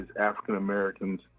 African-Americans